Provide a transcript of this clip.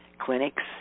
clinics